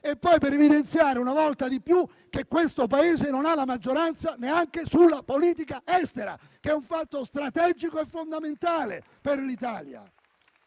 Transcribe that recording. e poi per evidenziare, una volta di più, che il Paese non ha la maggioranza neanche in tema di politica estera, che è un fatto strategico e fondamentale per l'Italia.